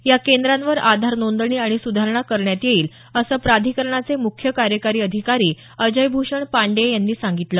या केंद्रांवर आधार नोंदणी आणि सुधारणा करण्यात येईल असं प्राधिकरणाचे मुख्य कार्यकारी अधिकारी अजय भूषण पांडेय यांनी सांगितलं